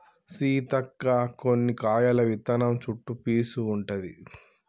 సీతక్క కొన్ని కాయల విత్తనం చుట్టు పీసు ఉంటది